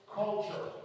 culture